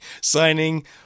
signing